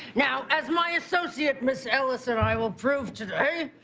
now, as my associate miss ellis and i will prove today,